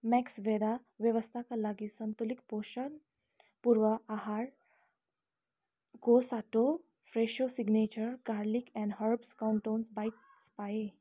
Maxvida वयस्कका लागि सन्तुलित पोषण पूरक आहारको सट्टा Fresso signature garlic and herb crouton bites पाएँ